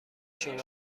شما